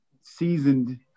seasoned